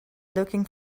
looking